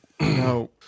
No